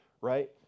right